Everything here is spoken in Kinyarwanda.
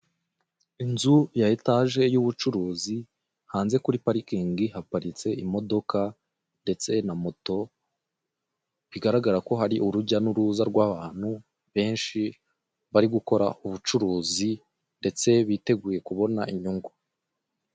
Inzu ya etage y'ubucuruzi hanze kuri parikingi haparitse imodoka ndetse na moto bigaragara ko hari urujya n'uruza rw'abantu benshi bari gukora ubucuruzi ndetse biteguye kubona inyungu.